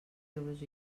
euros